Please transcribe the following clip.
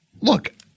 Look